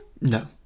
No